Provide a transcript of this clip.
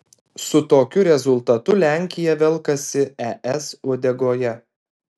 su tokiu rezultatu lenkija velkasi es uodegoje